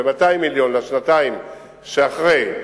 ו-200 מיליון לשנתיים שאחרי,